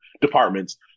departments